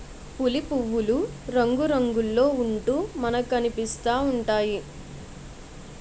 పులి పువ్వులు రంగురంగుల్లో ఉంటూ మనకనిపిస్తా ఉంటాయి